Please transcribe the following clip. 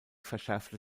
verschärfte